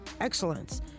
excellence